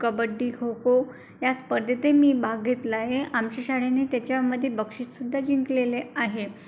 कबड्डी खो खो या स्पर्धेतही मी भाग घेतला आहे आमच्या शाळेने त्याच्यामध्ये बक्षीस सुद्धा जिंकलेले आहे